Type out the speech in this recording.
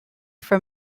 from